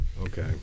Okay